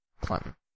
Clinton